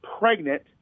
pregnant